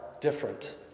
different